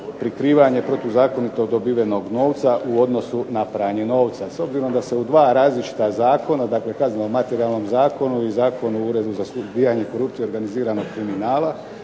prikrivanje protuzakonito dobivenog novaca u odnosu na pranje novca. S obzirom da se u dva različita zakona dakle Kazneno-materijalnom zakonu i Zakonu o Uredu za suzbijanje korupcije i organiziranog kriminaliteta